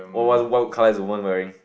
what what what colour the woman wearing